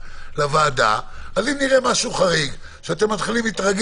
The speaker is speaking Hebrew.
ואנחנו מיידית,